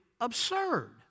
absurd